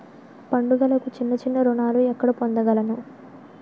పండుగలకు చిన్న చిన్న రుణాలు ఎక్కడ పొందగలను?